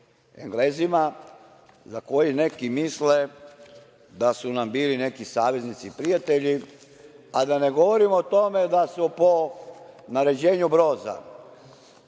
Englezima, za koje neki misle da su nam bili neki saveznici i prijatelji, a da ne govorimo o tome da su po naređenju Broza